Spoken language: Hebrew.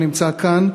שנמצא כאן,